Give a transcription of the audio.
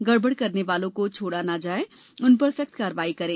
गड़बड़ करने वालों को छोड़ा न जाए उन पर सख्त कार्रवाई करें